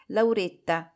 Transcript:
Lauretta